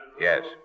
Yes